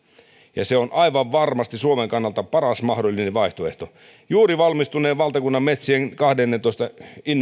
ja se on aivan varmasti suomen kannalta paras mahdollinen vaihtoehto juuri valmistuneen valtakunnan metsien kahdennentoista